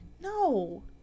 No